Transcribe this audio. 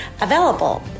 available